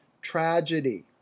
tragedy